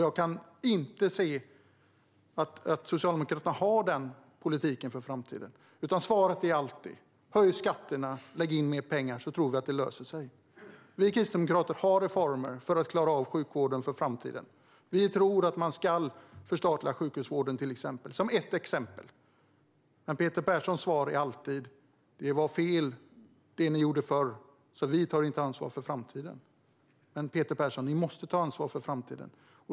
Jag kan inte se att Socialdemokraterna har den politiken för framtiden. Svaret är alltid: Höj skatterna och satsa mer pengar, så tror vi att det löser sig! Vi Kristdemokraterna har reformer för att man ska kunna klara av sjukvården för framtiden. Vi tror till exempel att man ska förstatliga sjukhusvården. Men Peter Perssons svar är alltid: Det ni gjorde förr var fel, så vi tar inte ansvar för framtiden. Men, Peter Persson, ni måste ta ansvar för framtiden.